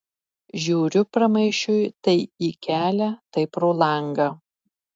žiūriu pramaišiui tai į kelią tai pro langą